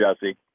Jesse